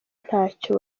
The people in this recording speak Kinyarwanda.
ntacyo